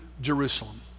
Jerusalem